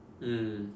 mm